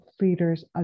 leaders